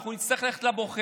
אנחנו נצטרך ללכת לבוחר,